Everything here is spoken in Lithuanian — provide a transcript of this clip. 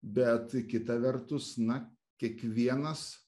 bet kita vertus na kiekvienas